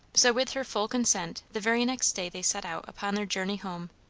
so with her full consent the very next day they set out upon their journey home.